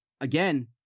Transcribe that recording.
again –